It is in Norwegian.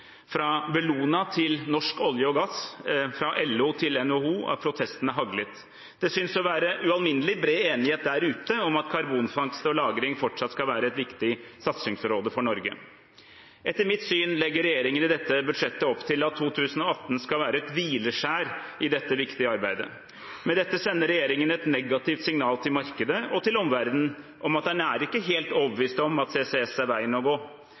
Fra Bellona til Norsk olje og gass, fra LO til NHO har protestene haglet. Det synes å være ualminnelig bred enighet der ute om at karbonfangst og -lagring fortsatt skal være et viktig satsingsområde for Norge. Etter mitt syn legger regjeringen i dette budsjettet opp til at 2018 skal være et hvileskjær i dette viktige arbeidet. Med dette sender regjeringen et negativt signal til markedet og til omverdenen om at den er ikke helt overbevist om at CCS er veien å gå.